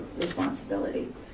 responsibility